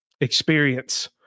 experience